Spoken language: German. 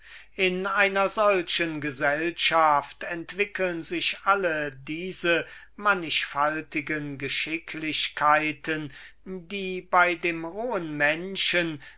in einer solchen gesellschaft entwickeln sich alle diese mannichfaltigen geschicklichkeiten die bei dem wilden menschen